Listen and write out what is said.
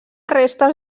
restes